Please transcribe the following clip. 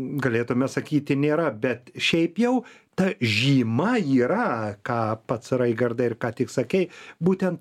galėtume sakyti nėra bet šiaip jau ta žyma yra ką pats raigardai ir ką tik sakei būtent